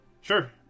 Sure